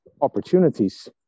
opportunities